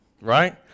right